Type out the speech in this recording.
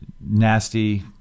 nasty